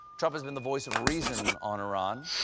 trump has been the voice of reason on iran.